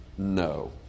No